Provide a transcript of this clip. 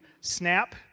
snap